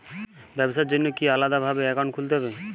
ব্যাবসার জন্য কি আলাদা ভাবে অ্যাকাউন্ট খুলতে হবে?